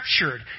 captured